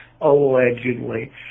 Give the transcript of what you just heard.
allegedly